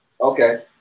Okay